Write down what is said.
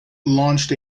launched